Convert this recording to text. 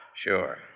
Sure